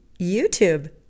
YouTube